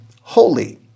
Holy